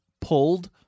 pulled